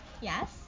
Yes